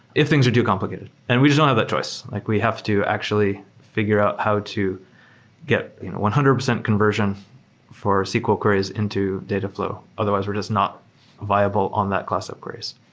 if things are too complicated, and we just don't have that choice. like we have to actually figure out how to get one hundred percent conversion for sql queries into dataflow. otherwise we're just not viable on that class of queries.